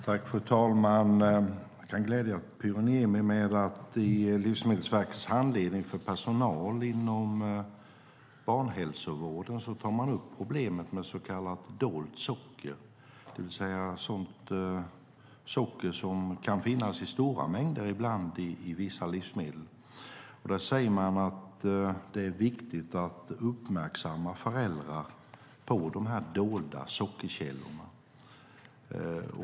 Fru talman! Jag kan glädja Pyry Niemi med att man i Livsmedelsverkets handledning för personal inom barnhälsovården tar upp problemet med så kallat dolt socker, det vill säga socker som ibland finns i stora mängder i vissa livsmedel. Man säger att det är viktigt att uppmärksamma föräldrar på de dolda sockerkällorna.